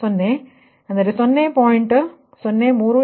ಆದ್ದರಿಂದ 1 0